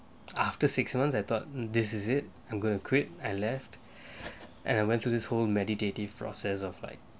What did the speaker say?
after six months I thought this is it I'm gonna quit and left and I went to this whole meditative process of like